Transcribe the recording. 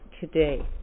today